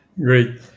great